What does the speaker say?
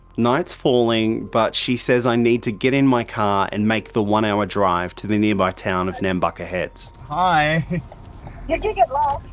night is falling but she says i need to get in my car and make the one-hour ah drive to the nearby town of nambucca heads. hi. yeah did you get lost?